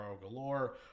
galore